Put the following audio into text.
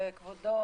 כבודו,